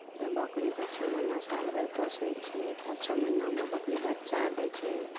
तऽ बकरीके छओ महिना सालभरि पोसै छिए तब छओ महिनामे बकरी बच्चा दै छै